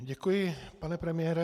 Děkuji, pane premiére.